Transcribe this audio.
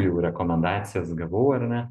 jau rekomendacijas gavau ar ne